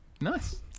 Nice